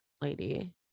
lady